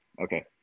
okay